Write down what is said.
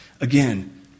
Again